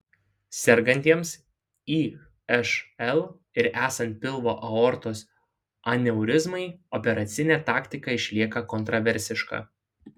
sergantiems išl ir esant pilvo aortos aneurizmai operacinė taktika išlieka kontraversiška